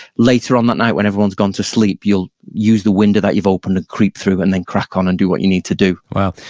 later on that night when everyone's gone to sleep, you'll use the window that you've opened and creep through and then crack on and do what you need to do wow.